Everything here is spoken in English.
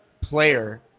player